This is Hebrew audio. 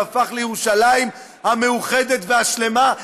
והפכה לירושלים המאוחדת והשלמה,